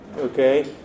Okay